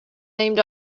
named